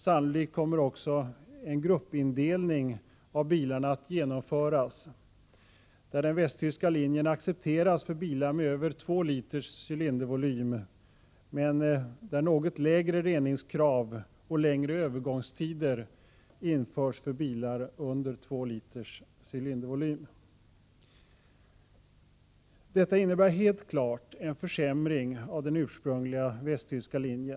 Sannolikt kommer också en gruppindelning av bilarna att genomföras, där den västtyska linjen accepteras för bilar med över 2 I cylindervolym men där något lägre reningskrav och längre övergångstider införs för bilar under 21 cylindervolym. Detta innebär helt klart en försämring av den ursprungliga västtyska linjen.